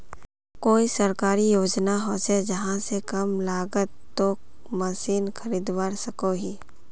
कोई सरकारी योजना होचे जहा से कम लागत तोत मशीन खरीदवार सकोहो ही?